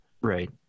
Right